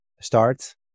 start